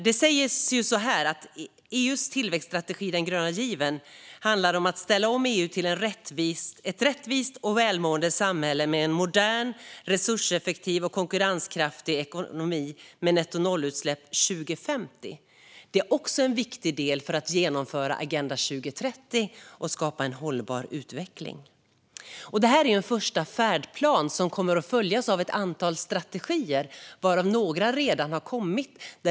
Det sägs att EU:s tillväxtstrategi, den gröna given, handlar om att ställa om EU till ett rättvist och välmående samhälle med en modern, resurseffektiv och konkurrenskraftig ekonomi med nettonollutsläpp 2050. Det är också en viktig del när det gäller att genomföra Agenda 2030 och skapa en hållbar utveckling. Detta är en första färdplan, som kommer att följas av ett antal strategier, varav några redan har kommit.